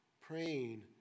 praying